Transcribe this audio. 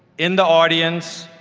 in the audience,